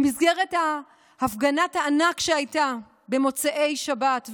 במסגרת הפגנת הענק שהייתה במוצאי שבת,